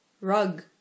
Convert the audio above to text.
Rug